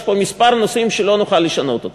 יש פה כמה נושאים שלא נוכל לשנות אותם.